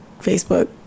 Facebook